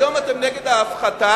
היום אתם נגד ההפחתה.